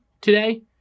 today